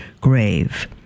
grave